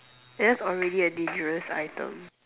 that's already a dangerous item